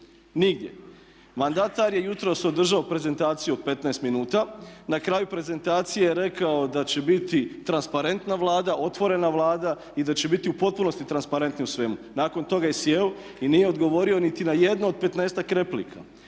nigdje. Mandatar je jutros održao prezentaciju od 15 minuta, na kraju prezentacije je rekao da će biti transparentna Vlada, otvorena Vlada i da će biti u potpunosti transparentni u svemu. Nakon toga je sjeo i nije odgovorio niti na jedno od petnaestak